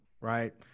right